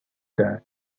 that